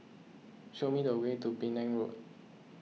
show me the way to Penang Road